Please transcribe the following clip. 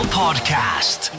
podcast